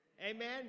Amen